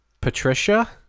Patricia